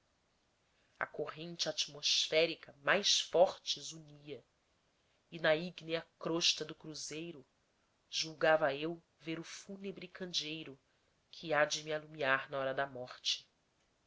a corrente atmosférica mais forte zunia e na ígnea crosta do cruzeiro julgava eu ver o fúnebre candeeiro que há de me alumiar na hora da morte